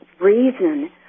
reason –